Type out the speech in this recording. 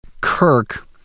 Kirk